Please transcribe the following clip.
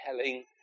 telling